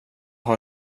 har